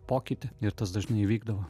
pokyti ir tas dažnai įvykdavo